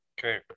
Okay